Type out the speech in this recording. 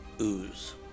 ooze